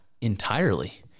entirely